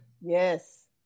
Yes